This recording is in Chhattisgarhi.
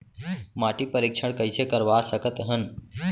माटी परीक्षण कइसे करवा सकत हन?